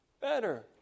Better